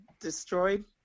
destroyed